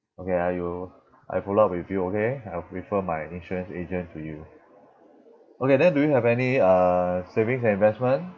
okay ah you I follow up with you okay I'll refer my insurance agent to you okay then do you have any uh savings and investment